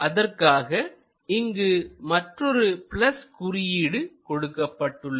அதற்காக இங்கு மற்றொரு "" குறியீடு கொடுக்கப்பட்டுள்ளது